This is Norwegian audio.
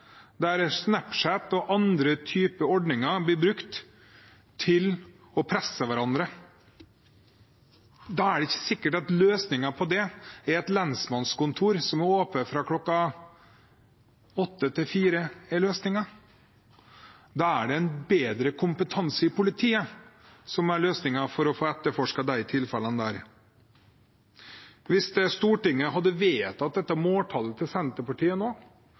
der snapchat og annet blir brukt til å presse hverandre. Da er det ikke sikkert at et lensmannskontor som er åpent fra kl. 8 til 16, er løsningen. Da er løsningen en bedre kompetanse i politiet for å få etterforsket disse tilfellene. Hvis Stortinget hadde vedtatt dette måltallet til Senterpartiet nå,